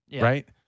right